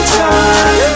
time